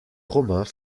romains